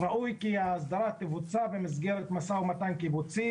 ראוי כי ההסדרה תבוצע במסגרת משא-ומתן קיבוצי